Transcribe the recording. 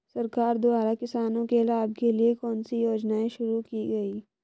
सरकार द्वारा किसानों के लाभ के लिए कौन सी योजनाएँ शुरू की गईं?